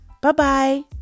Bye-bye